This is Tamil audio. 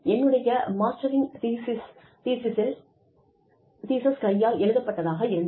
என்னுடைய மாஸ்டரின் தீஸிஸ் கையால் எழுதப்பட்டதாக இருந்தது